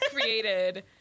created